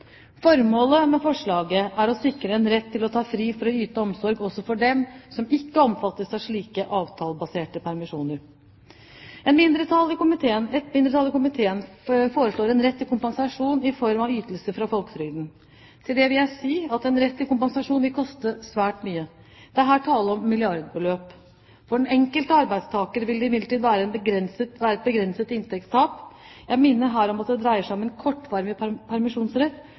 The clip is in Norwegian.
Formålet med forslaget er å sikre en rett til å ta fri for å yte omsorg også for dem som ikke omfattes av slik avtalebasert permisjon. Et mindretall i komiteen foreslår en rett til kompensasjon i form av ytelse fra folketrygden. Til det vil jeg si at en rett til kompensasjon vil koste svært mye, det er her tale om milliardbeløp. For den enkelte arbeidstaker vil det imidlertid være et begrenset inntektstap, jeg minner her om at det dreier seg om en